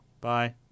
Bye